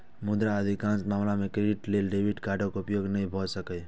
मुदा अधिकांश मामला मे क्रेडिट लेल डेबिट कार्डक उपयोग नै भए सकैए